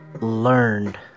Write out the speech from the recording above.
learned